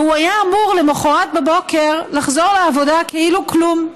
והוא היה אמור למוחרת בבוקר לחזור לעבודה כאילו כלום,